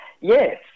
Yes